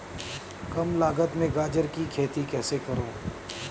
कम लागत में गाजर की खेती कैसे करूँ?